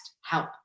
help